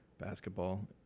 Basketball